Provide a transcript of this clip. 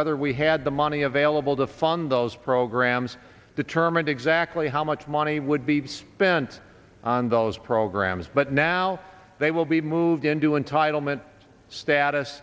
whether we had the money available to fund those programs determined exactly how much money would be spent on those programs but now they will be moved into entitlement status